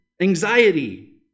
anxiety